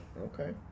Okay